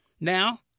Now